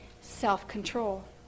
self-control